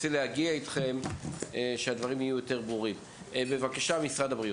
מנהלת את התוכנית הלאומית לבטיחות ילדים במשרד הבריאות.